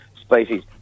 species